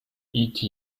eta